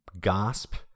gasp